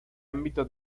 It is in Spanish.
ámbito